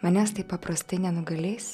manęs taip paprastai nenugalės